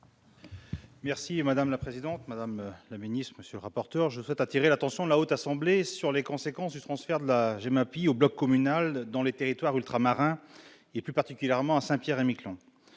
est à M. Stéphane Artano, sur l'article. Je souhaite attirer l'attention de la Haute Assemblée sur les conséquences du transfert de la GEMAPI au bloc communal, dans les territoires ultramarins, et plus particulièrement à Saint-Pierre-et-Miquelon.